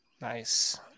Nice